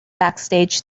backstage